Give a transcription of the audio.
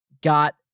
got